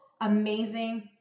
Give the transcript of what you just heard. amazing